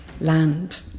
land